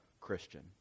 Christian